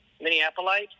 Minneapolis